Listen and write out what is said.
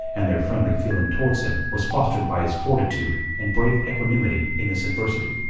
and their friendly feeling towards him was fostered by his fortitude and brave equanimity in this adversity.